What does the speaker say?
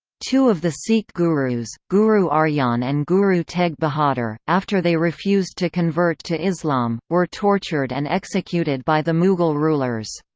two of the sikh gurus guru arjan and guru tegh bahadur, after they refused to convert to islam, were tortured and executed by the mughal rulers.